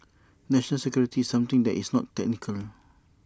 national security is something that is not technical